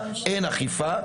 אין אכיפה,